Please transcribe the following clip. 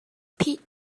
pete